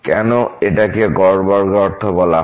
কেন এটাকে বর্গক্ষেত্র অর্থে বলা হয়